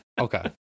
okay